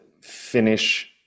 finish